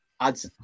adds